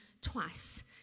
twice